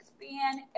expand